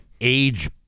age